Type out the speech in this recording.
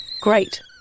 Great